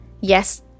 Yes